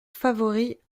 favoris